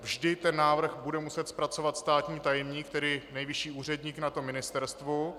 Vždy návrh bude muset zpracovat státní tajemník, tedy nejvyšší úředník na ministerstvu.